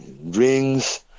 Rings